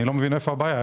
אני לא מבין איפה הבעיה.